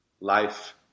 life